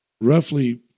roughly